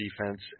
defense